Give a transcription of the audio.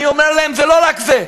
אני אומר להם: זה לא רק זה,